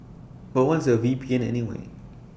but once A V P N anyway